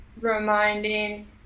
reminding